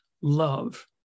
love